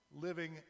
living